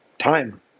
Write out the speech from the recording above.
time